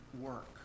work